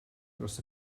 dros